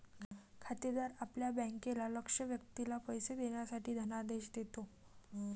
खातेदार आपल्या बँकेला लक्ष्य व्यक्तीला पैसे देण्यासाठी धनादेश देतो